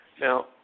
Now